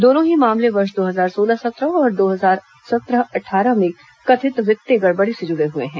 दोनों ही मामले वर्ष दो हजार सोलह सत्रह और दो हजार सत्रह अट्ठारह में कथित वित्तीय गड़बड़ी से जुड़े हुए हैं